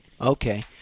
Okay